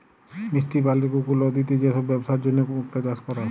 মিষ্টি পালির পুকুর, লদিতে যে সব বেপসার জনহ মুক্তা চাষ ক্যরে